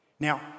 now